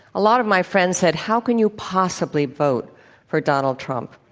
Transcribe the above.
a lot of my friends said, how can you possibly vote for donald trump?